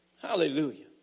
Hallelujah